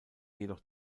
jedoch